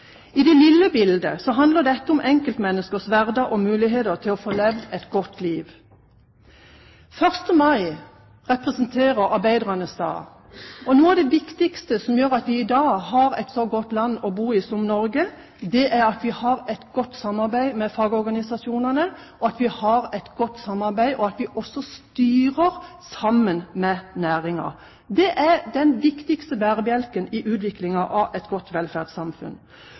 I det lille bildet handler dette om enkeltmenneskers hverdag og muligheter til å få levd et godt liv. Den 1. mai representerer arbeidernes dag. Noe av det viktigste som gjør at vi i dag har et så godt land å bo i som Norge, er at vi har et godt samarbeid med fagorganisasjonene, og at vi samarbeider godt med næringslivet. Det er den viktigste bærebjelken i utviklingen av et godt velferdssamfunn.